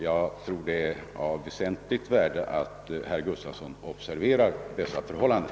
Jag tror att det är av väsentligt värde att herr Gustafson observerar dessa föhållanden.